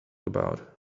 about